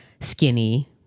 skinny